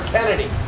Kennedy